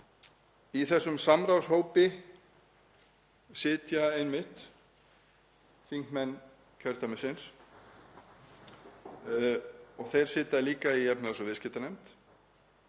Í þessum samráðshópi sitja einmitt þingmenn kjördæmisins og þeir sitja líka í efnahags- og viðskiptanefnd.